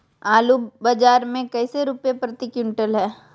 आलू बाजार मे कैसे रुपए प्रति क्विंटल है?